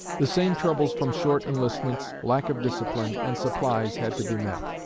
the same troubles from short enlistments, lack of discipline and supplies had to be met.